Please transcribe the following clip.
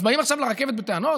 אז באים עכשיו לרכבת בטענות?